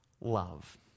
love